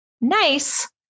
nice